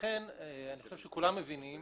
כולנו מבינים